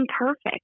imperfect